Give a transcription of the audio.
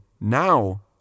now